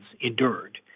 endured